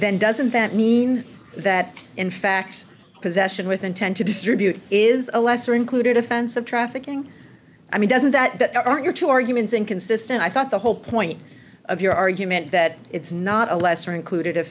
then doesn't that mean that in fact possession with intent to distribute is a lesser included offense of trafficking i mean doesn't that aren't your two arguments inconsistent i thought the whole point of your argument that it's not a lesser included